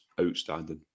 Outstanding